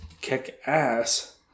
kick-ass